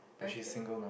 okay